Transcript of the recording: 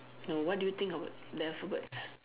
no what do you think about the alphabets